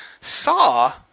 Saw